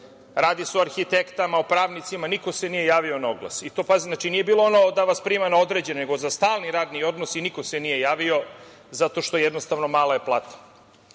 radi se o arhitektama, o pravnicima. Niko se nije javio na oglas. Nije bilo da vas prime na određeno, nego za stalni radni odnos i niko se nije javio, zato što je mala plata.